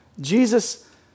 Jesus